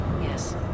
Yes